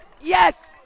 Yes